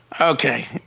Okay